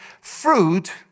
Fruit